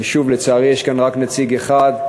ושוב, לצערי, יש כאן רק נציג אחד.